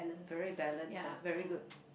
very balanced ah very good